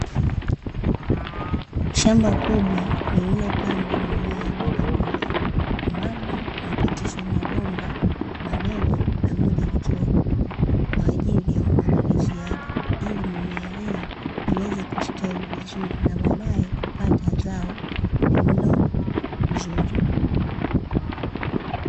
Shamba kubwa liliopandwa mimea ya mbogamboga, ambapo yamepitishwa mabomba madogo na moja likiwa kubwa kwa ajili ya umwagiliziaji ili mimea hiyo iweze kustawi vizuri na baade kupata zao lililo zuri.